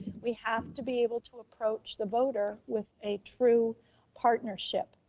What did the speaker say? we have to be able to approach the voter with a true partnership,